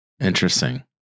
Interesting